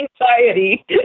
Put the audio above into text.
anxiety